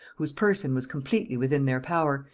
whose person was completely within their power,